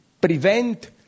prevent